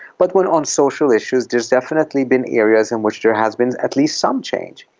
but when on social issues there's definitely been areas in which there has been at least some change.